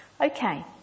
Okay